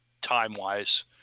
time-wise